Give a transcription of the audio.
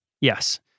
yes